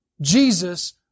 Jesus